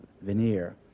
veneer